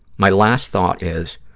my last thought is,